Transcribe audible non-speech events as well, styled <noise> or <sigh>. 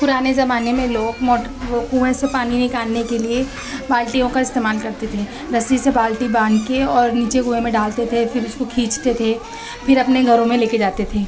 پرانے زمانے میں لوگ <unintelligible> وہ کنویں سے پانی نکالنے کے لیے بالٹیوں کا استعمال کرتے تھے رسی سے بالٹی باندھ کے اور نیچے کنویں میں ڈالتے تھے پھر اس کو کھینچتے تھے پھر اپنے گھروں میں لے کے جاتے تھے